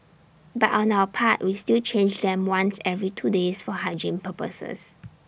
but on our part we still change them once every two days for hygiene purposes